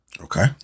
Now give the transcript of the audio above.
Okay